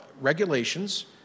regulations